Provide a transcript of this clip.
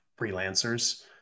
freelancers